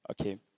Okay